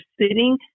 sitting